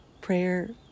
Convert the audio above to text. prayer